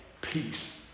peace